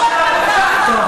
מספיק.